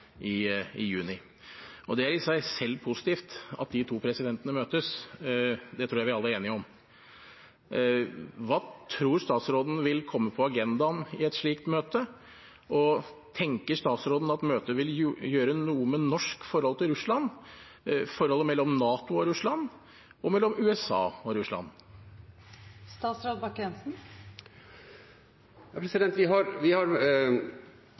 i juni, og det er i seg selv positivt at de to presidentene møtes. Det tror jeg vi alle er enige om. Hva tror statsråden vil komme på agendaen i et slikt møte, og tenker statsråden at møtet vil gjøre noe med norsk forhold til Russland, forholdet mellom NATO og Russland og mellom USA og